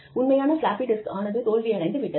உண்மையான floppy disk ஆனது தோல்வி அடைந்து விட்டது